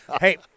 Hey